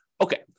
Okay